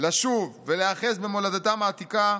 לשוב ולהיאחז במולדתם העתיקה,